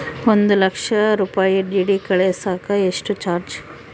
ಒಂದು ಲಕ್ಷ ರೂಪಾಯಿ ಡಿ.ಡಿ ಕಳಸಾಕ ಎಷ್ಟು ಚಾರ್ಜ್?